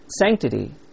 Sanctity